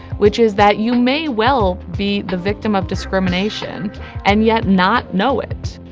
which is that you may well be the victim of discrimination and yet not know it.